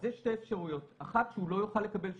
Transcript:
יש שתי אפשרויות: אחת היא שהוא לא יוכל לקבל שירות.